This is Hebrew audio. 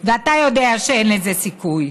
ואתה יודע שאין לזה סיכוי.